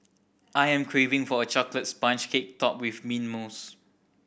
I am craving for a chocolate sponge cake topped with mint mousse